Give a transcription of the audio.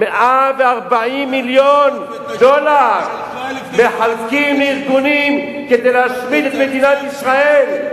140 מיליון דולר מחלקים ארגונים כדי להשמיד את מדינת ישראל,